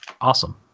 awesome